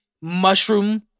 mushroom